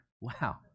Wow